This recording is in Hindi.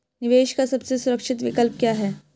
निवेश का सबसे सुरक्षित विकल्प क्या है?